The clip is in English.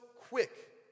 quick